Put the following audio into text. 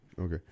Okay